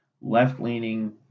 left-leaning